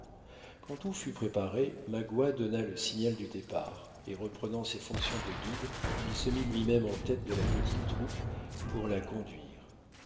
quand tout fut préparé magua donna le signal du départ et reprenant ses fonctions de guide il se mit lui-même en tête de la petite troupe pour la conduire